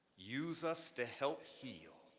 use us to help heal